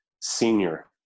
senior